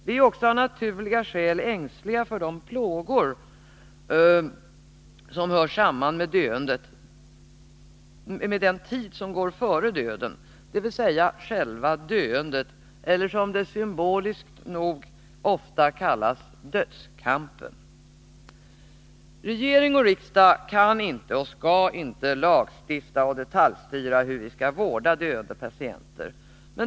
Vi är också av naturliga skäl ängsliga för de plågor som hör samman med döendet, med den tid som går före döden, dvs. själva döendet eller, som det symboliskt nog ofta kallas, dödskampen. Regering och riksdag kan inte och skall inte lagstifta och detaljstyra hur vi skall vårda döende patienter.